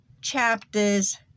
chapters